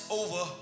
over